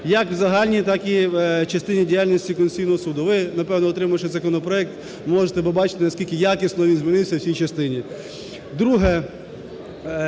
як загальні, так в частині діяльності Конституційного Суду. Ви напевно отримавши законопроект можете побачити наскільки якісно він змінився в цій частині. Друге,